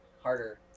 harder